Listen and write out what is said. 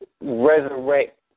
resurrect